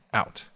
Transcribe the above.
out